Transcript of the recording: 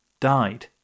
died